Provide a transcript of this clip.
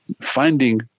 finding